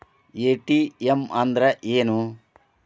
ATM ಅಂದ್ರ ಏನು?